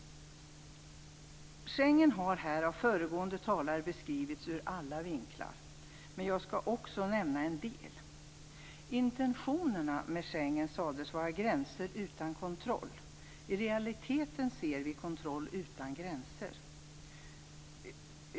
Schengensamarbetet har av föregående talare beskrivits ur alla vinklar. Men jag skall också nämna en del. Intentionerna med Schengensamarbetet sades vara gränser utan kontroll. I realiteten ser vi kontroll utan gränser.